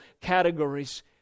categories